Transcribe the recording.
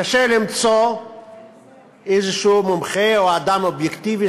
קשה למצוא מומחה כלשהו או אדם אובייקטיבי